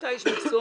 אתה איש מקצוע,